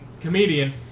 comedian